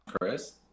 Chris